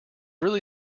really